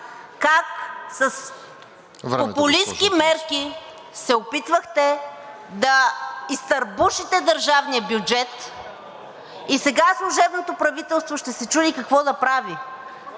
АТАНАСОВА: …мерки се опитвахте да изтърбушите държавния бюджет и сега служебното правителство ще се чуди какво да прави…